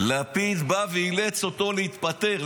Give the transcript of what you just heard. לפיד בא ואילץ אותו להתפטר.